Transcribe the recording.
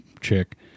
chick